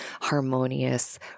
harmonious